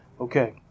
Okay